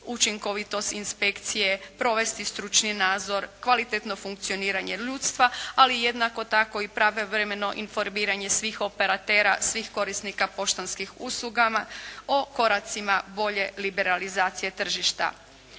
učinkovitost inspekcije, provesti stručni nadzor, kvalitetno funkcioniranje ljudstva, ali i jednako tako i pravovremeno informiranje svih operatera, svih korisnika poštanskih usluga o koracima bolje liberalizacije tržišta.